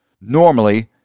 normally